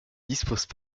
disposent